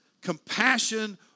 compassion